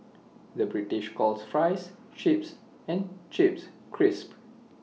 the British calls Fries Chips and Chips Crisps